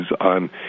on